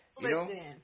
Listen